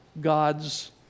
God's